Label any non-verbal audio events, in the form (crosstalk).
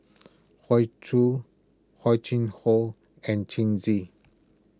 Hoey Choo Hor Chim Ho and (unintelligible) Xi